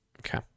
okay